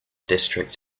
district